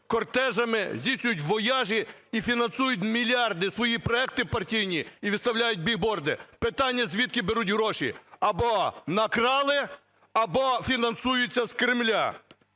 кортежами, здійснюють вояжі і фінансують мільярди в свої проекти партійні, і виставляють біг-борди. Питання: звідки беруть гроші. Або накрали, або фінансуються з Кремля.